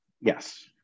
yes